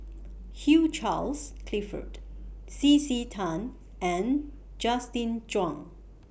Hugh Charles Clifford C C Tan and Justin Zhuang